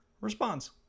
response